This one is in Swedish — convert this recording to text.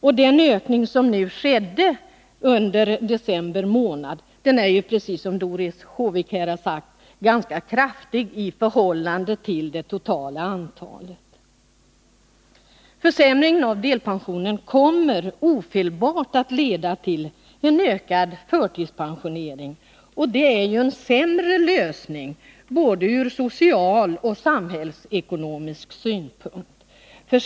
Den ökning som nu skedde under december månad är, som Doris Håvik sagt, ganska kraftig i förhållande till det totala antalet ansökningar. Försämringen av delpensionen kommer ofelbart att leda till en ökad förtidspensionering, och det är ju en sämre lösning, både från social och från samhällsekonomisk synpunkt.